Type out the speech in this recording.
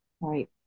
Right